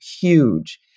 huge